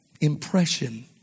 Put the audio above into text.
impression